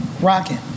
rocking